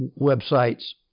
website's